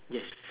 yes